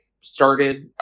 started